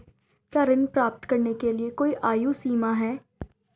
क्या ऋण प्राप्त करने के लिए कोई आयु सीमा है?